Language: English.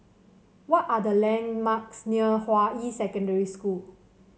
what are the landmarks near Hua Yi Secondary School